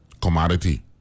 commodity